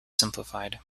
simplified